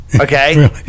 Okay